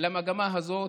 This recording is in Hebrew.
למגמה הזו.